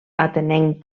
atenenc